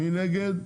מי נגד?